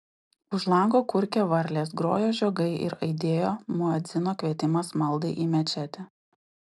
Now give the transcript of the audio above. už lango kurkė varlės grojo žiogai ir aidėjo muedzino kvietimas maldai į mečetę